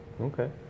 Okay